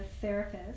therapist